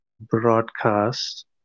broadcast